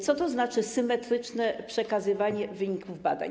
Co to znaczy symetryczne przekazywanie wyników badań?